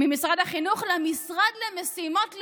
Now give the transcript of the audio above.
ממשרד החינוך למשרד למשימות לאומיות.